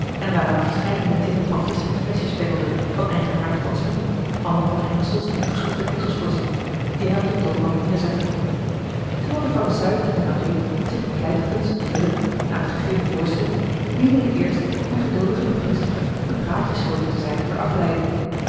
en waaraan verscheidene tinnen potjes en fleschjes bengelden van eigenaardig fatsoen allen van hengsels en geschroefde deksels voorzien die hij op de toonbank neêrzette terwijl de pharmaceut en zijn adjunct zich bevlijtigden ze te vullen naar t gegeven voorschrift meende de eerste zijn geduldigen begunstiger een praatje schuldig te zijn ter afleiding